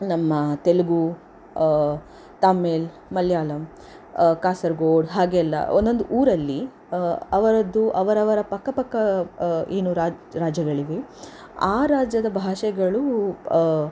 ನಮ್ಮ ತೆಲುಗು ತಮಿಳ್ ಮಲಿಯಾಳಂ ಕಾಸರಗೋಡ್ ಹಾಗೆಲ್ಲ ಒಂದೊಂದು ಊರಲ್ಲಿ ಅವರದ್ದು ಅವರವರ ಪಕ್ಕಪಕ್ಕ ಏನು ರಾಜ್ಯಗಳಿವೆ ಆ ರಾಜ್ಯದ ಭಾಷೆಗಳು